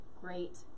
great